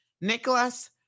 Nicholas